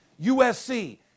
USC